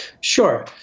Sure